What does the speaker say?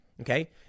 okay